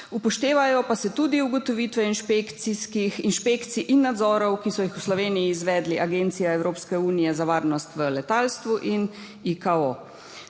upoštevajo pa se tudi ugotovitve inšpekcij in nadzorov, ki so jih v Sloveniji izvedli Agencija Evropske unije za varnost v letalstvu in ICAO.